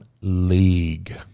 league